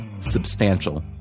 substantial